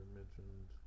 mentioned